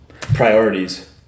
Priorities